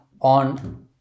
on